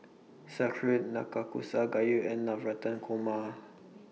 Sauerkraut Nanakusa Gayu and Navratan Korma